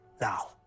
now